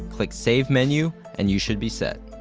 click save menu and you should be set.